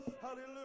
Hallelujah